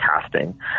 casting